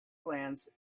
glance